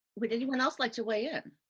would anyone else like to weigh in?